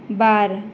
बार